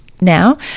now